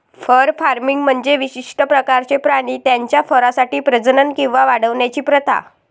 fur farming म्हणजे विशिष्ट प्रकारचे प्राणी त्यांच्या फरसाठी प्रजनन किंवा वाढवण्याची प्रथा